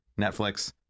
Netflix